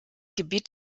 gebiet